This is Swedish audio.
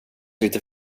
lite